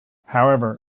however